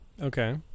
Okay